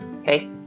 okay